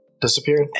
disappeared